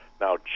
now